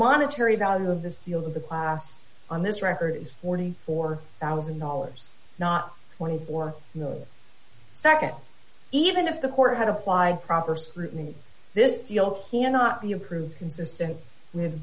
monetary value of this deal of the class on this record is forty four thousand dollars not twenty four million nd even if the court had applied proper scrutiny this deal cannot be approved consistent with